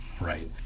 right